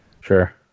Sure